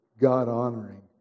God-honoring